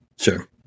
Sure